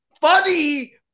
Funny